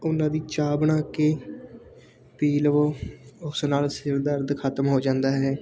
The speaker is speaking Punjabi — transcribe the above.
ਉਹਨਾਂ ਦੀ ਚਾਹ ਬਣਾ ਕੇ ਪੀ ਲਉ ਉਸ ਨਾਲ ਸਿਰ ਦਰਦ ਖਤਮ ਹੋ ਜਾਂਦਾ ਹੈ